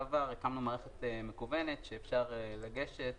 לחברות הגז הקטנות עד אחוז מסוים כדי שנוכל להתקדם בתחרות.